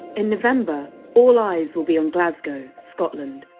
in november, all eyes will be on glasgow, scotland,